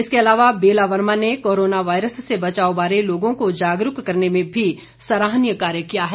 इसके अलावा बेला वर्मा ने कोरोना वायरस से बचाव बारे लोगों को जागरूक करने में भी सराहनीय कार्य किया है